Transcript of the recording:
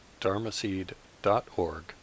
dharmaseed.org